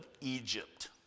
Egypt